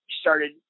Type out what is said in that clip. started